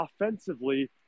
offensively